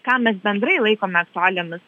ką mes bendrai laikome aktualijomis